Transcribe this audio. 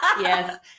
Yes